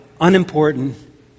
unimportant